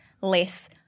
less